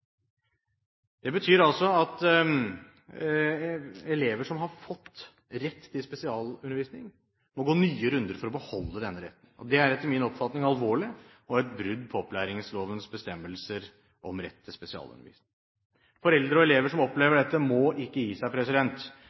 Det betyr altså at elever som har fått rett til spesialundervisning, må gå nye runder for å beholde denne retten. Det er etter min oppfatning alvorlig og et brudd på opplæringslovens bestemmelser om rett til spesialundervisning. Foreldre og elever som opplever dette, må ikke gi seg.